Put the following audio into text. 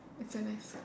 it's so nice